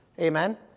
Amen